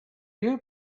you